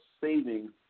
savings